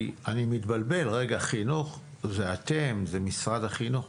כי אני מתבלבל, חינוך ואתם ומשרד החינוך.